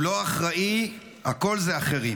הוא לא אחראי, הכול זה אחרים.